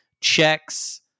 checks